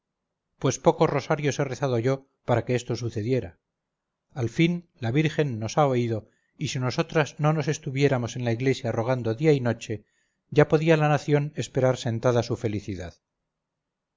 pues pocos rosarios he rezado yo para que esto sucediera al fin la virgen nos ha oído y si nosotras no nos estuviéramos en la iglesia rogando día y noche ya podía la nación esperar sentada su felicidad